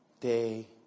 day